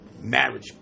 marriage